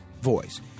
voice